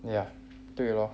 ya 对 lor